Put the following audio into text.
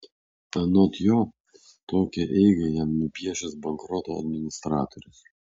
anot jo tokią eigą jam nupiešęs bankroto administratorius